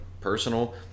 personal